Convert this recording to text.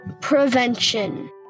Prevention